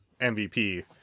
MVP